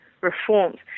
reforms